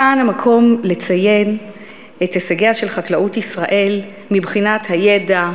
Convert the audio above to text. כאן המקום לציין את הישגיה של חקלאות ישראל מבחינת הידע,